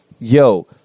yo